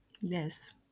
Yes